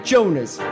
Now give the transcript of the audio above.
Jonas